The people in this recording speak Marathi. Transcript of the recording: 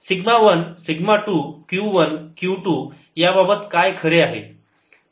सिग्मा 1 सिग्मा 2 Q 1 Q 2 याबाबत काय खरे आहे